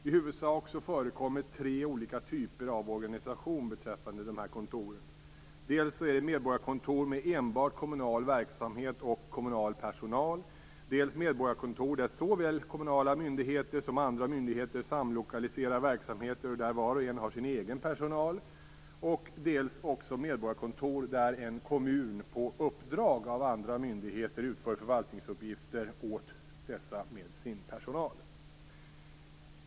I huvudsak förekommer tre olika typer av organisation beträffande dessa kontor, dels medborgarkontor med enbart kommunal verksamhet och kommunal personal, dels medborgarkontor där såväl kommunala myndigheter som andra myndigheter samlokaliserar verksamheter och där var och en har sin egen personal, dels också medborgarkontor där en kommun på uppdrag av andra myndigheter utför förvaltningsuppgifter åt dessa med sin personal.